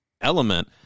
element